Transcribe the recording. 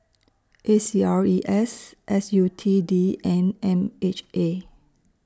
A C R E S S U T D and M H A